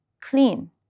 clean